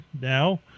Now